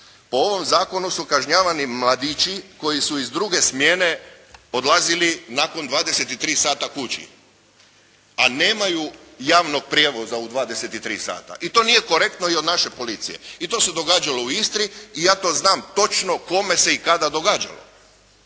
po ovom zakonu su kažnjavani mladići koji su iz druge smjene odlazili nakon 23 sata kući, a nemaju javnog prijevoza u 23 sata i to nije korektno i od naše policije i to se događalo u Istri i ja to znam točno kome se i kada događalo